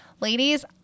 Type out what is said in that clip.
ladies